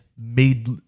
made